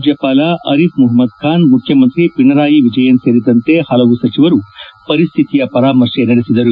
ರಾಜ್ಯಪಾಲ ಅರಿಫ್ ಮುಹಮುದ್ ಖಾನ್ ಮುಖ್ಯಮಂತ್ರಿ ಪಿಣರಾಯಿ ವಿಜಯನ್ ಸೇರಿದಂತೆ ಹಲವು ಸಚಿವರು ಪರಿಸ್ಥಿತಿ ಪರಾಮರ್ಶೆ ನಡೆಸಿದ್ದಾರೆ